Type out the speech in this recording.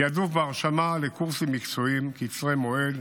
תעדוף בהרשמה לקורסים מקצועיים קצרי מועד,